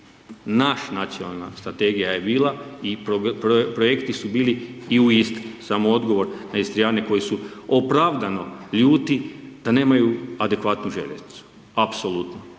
Naša nacionalna strategija je bila i projekti su bili i u Istri, samo odgovor na Istriane koji su opravdano ljudi da nemaju adekvatnu željeznicu, apsolutno.